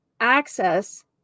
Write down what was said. access